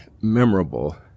memorable